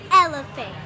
elephant